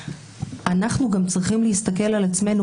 שאנחנו גם צריכים להסתכל על עצמנו,